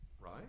right